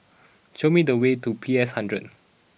show me the way to P S hundred